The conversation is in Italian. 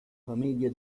famiglia